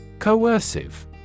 Coercive